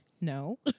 no